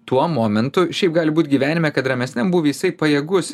tuo momentu šiaip gali būt gyvenime kad ramesniam būvy jisai pajėgus